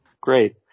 Great